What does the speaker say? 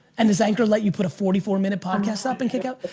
and does anchor let you put a forty four minute podcast up and kick out?